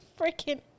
freaking